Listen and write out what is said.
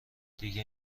دیگه